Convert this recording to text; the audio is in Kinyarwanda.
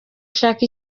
ashaka